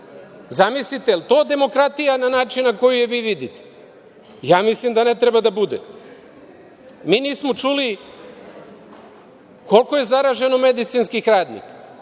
Zamislite, jel to demokratija na način na koji je vi vidite? Ja mislim da ne treba da bude. Mi nismo čuli koliko je zaraženo medicinskih radnika.